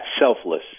selfless